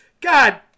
god